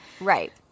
Right